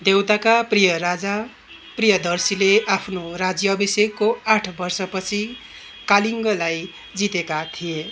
देवताका प्रिय राजा प्रियदर्शीले आफ्नो राज्याभिषेकको आठ वर्षपछि कलिङ्गलाई जितेका थिए